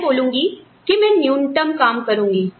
मैं बोलूंगी कि मैं न्यूनतम काम करूंगी